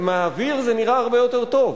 ומהאוויר זה נראה הרבה יותר טוב.